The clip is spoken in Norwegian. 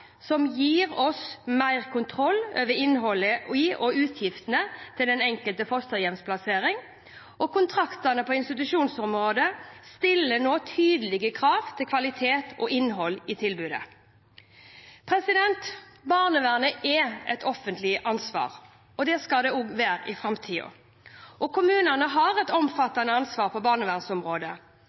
som gir oss mer kontroll over innholdet i og utgiftene til den enkelte fosterhjemsplassering, og kontraktene på institusjonsområdet stiller nå tydeligere krav til kvalitet og innhold i tilbudet. Barnevernet er et offentlig ansvar, og det skal det også være i framtiden. Kommunene har et omfattende ansvar på barnevernsområdet,